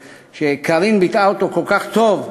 שקארין ביטאה אותו כל כך טוב,